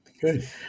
Good